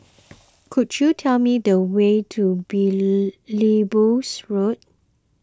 could you tell me the way to Belilios Road